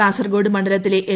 കാസർകോട് മണ്ഡലത്തിലെ എൽ